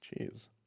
Jeez